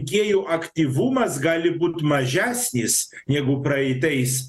rinkėjų aktyvumas gali būti mažesnis negu praeitais